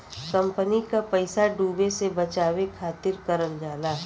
company क पइसा डूबे से बचावे खातिर करल जाला